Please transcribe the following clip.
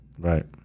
Right